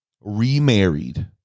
remarried